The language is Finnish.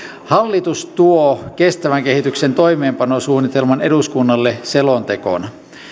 hallitus tuo kestävän kehityksen toimeenpanosuunnitelman eduskunnalle selontekona